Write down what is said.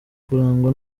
kurangwa